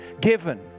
given